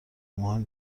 مهم